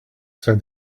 said